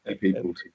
people